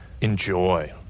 enjoy